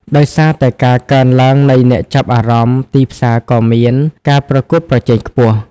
ដោយសារតែការកើនឡើងនៃអ្នកចាប់អារម្មណ៍ ទីផ្សារក៏មាន ការប្រកួតប្រជែងខ្ពស់។